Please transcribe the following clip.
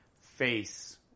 face